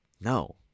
no